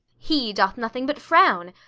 he doth nothing but frown,